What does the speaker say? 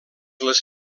les